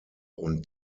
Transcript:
und